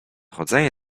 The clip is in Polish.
chodzenie